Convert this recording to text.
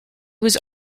was